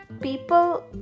people